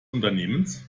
unternehmens